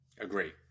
Agree